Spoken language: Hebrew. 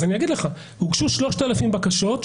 הוגשו 3,000 בקשות,